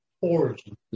origin